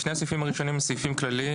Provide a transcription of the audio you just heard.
שני הסעיפים הראשונים הם סעיפים כלליים,